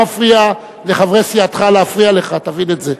מפריע לחברי סיעתך להפריע לך, תבין את זה.